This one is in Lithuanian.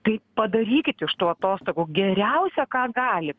tai padarykit iš tų atostogų geriausia ką galit